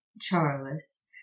Charles